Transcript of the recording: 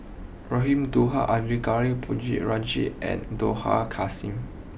Raman Daud Arumugam Ponnu Rajah and Dollah Kassim